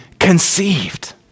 conceived